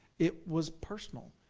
it was personal.